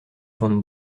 von